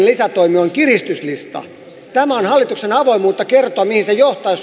lisätoimi on kiristyslista tämä on hallituksen avoimuutta kertoa mihin se johtaa